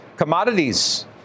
Commodities